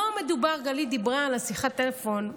גלית דיברה על שיחת הטלפון.